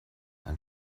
ein